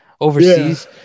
overseas